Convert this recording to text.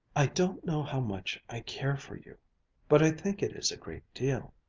i don't know how much i care for you but i think it is a great deal.